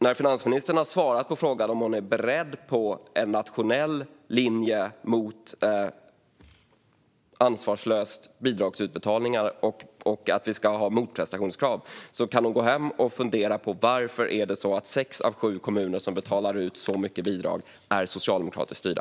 När finansministern har svarat på frågan om hon är beredd på en nationell linje mot ansvarslöst bidragsutbetalande och att vi ska ha krav på motprestation kan hon gå hem och fundera på varför sex av sju kommuner som betalar ut så mycket bidrag är socialdemokratiskt styrda.